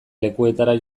lekuetara